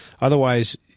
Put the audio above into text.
Otherwise